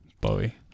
Bowie